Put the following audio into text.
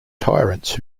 tyrants